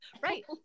Right